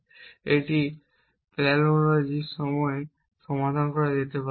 এবং এটি palynology সময় সমাধান করা যেতে পারে